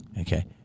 okay